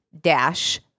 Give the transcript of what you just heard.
dash